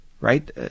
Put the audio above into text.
right